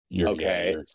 okay